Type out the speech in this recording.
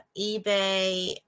eBay